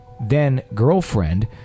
then-girlfriend